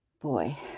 boy